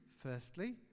firstly